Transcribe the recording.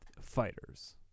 fighters